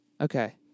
Okay